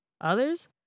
Others